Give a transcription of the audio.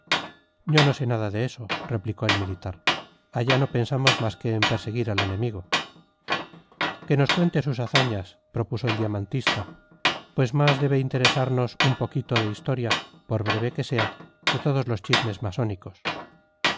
yo no sé nada de eso replicó el militar allá no pensamos más que en perseguir al enemigo que nos cuente sus hazañas propuso el diamantista pues más debe interesarnos un poquito de historia por breve que sea que todos los chismes masónicos